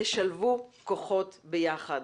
לשלב כוחות ביחד.